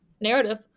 narrative